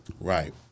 Right